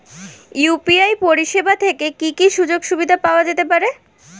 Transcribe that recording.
UPI পরিষেবা থেকে কি কি সুযোগ সুবিধা পাওয়া যেতে পারে?